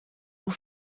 pour